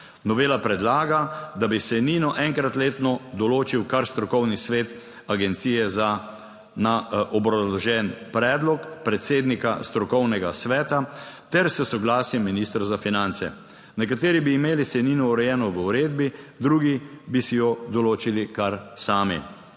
Novela predlaga, da bi sejnino enkrat letno določil kar strokovni svet agencije na obrazložen predlog predsednika strokovnega sveta ter s soglasjem ministra za finance. Nekateri bi imeli sejnino urejeno v uredbi, drugi bi si jo določili kar sami.